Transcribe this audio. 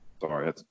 Sorry